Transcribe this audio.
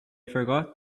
forgot